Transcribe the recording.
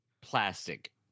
plastic